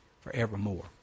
forevermore